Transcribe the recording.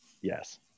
Yes